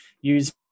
use